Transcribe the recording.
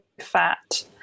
fat